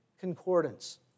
concordance